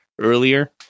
earlier